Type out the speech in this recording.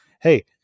hey